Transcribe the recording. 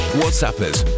WhatsAppers